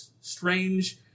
strange